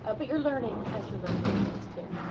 ah but you're learning as you're looking at things too.